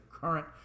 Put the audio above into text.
current